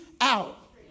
out